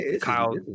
Kyle